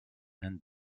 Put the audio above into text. and